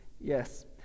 Yes